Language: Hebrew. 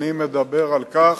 אני מדבר על כך,